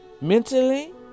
mentally